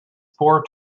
four